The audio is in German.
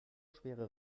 schwere